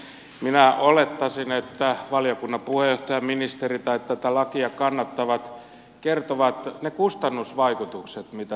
minä olettaisin että valiokunnan puheenjohtaja ministeri tai tätä lakia kannattavat kertovat ne kustannusvaikutukset mitä tästä on